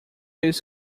his